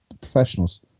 Professionals